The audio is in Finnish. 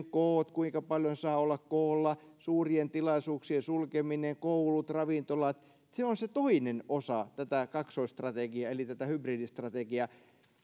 kuinka paljon saa olla koolla suurien tilaisuuksien sulkeminen koulut ravintolat se on se toinen osa tätä kaksoisstrategiaa eli tätä hybridistrategiaa